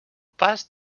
pas